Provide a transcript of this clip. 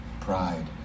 pride